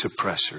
suppressors